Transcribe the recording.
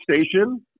Station